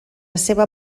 seva